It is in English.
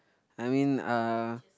I mean uh